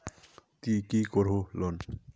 ती की करोहो लोन?